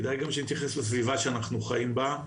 כדאי גם שנתייחס לסביבה שאנחנו חיים בה.